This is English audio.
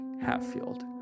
Hatfield